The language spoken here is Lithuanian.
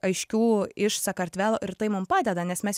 aiškių iš sakartvelo ir tai mum padeda nes mes